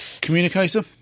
communicator